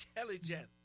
intelligent